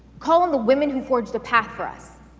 call on the women who forged the path for us.